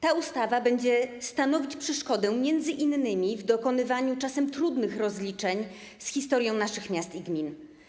Ta ustawa będzie stanowić przeszkodę m.in. w dokonywaniu czasem trudnych rozliczeń z historią naszych miast i gmin.